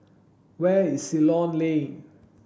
where is Ceylon Lane